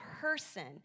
person